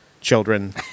children